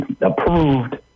approved